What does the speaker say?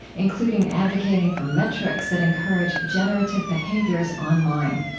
including advocating for metrics that encourage generative behaviors online.